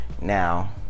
Now